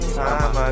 time